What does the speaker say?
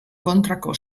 kontrako